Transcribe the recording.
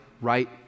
right